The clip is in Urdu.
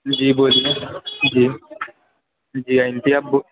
جی بولیے جی جی آنٹی اب